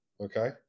okay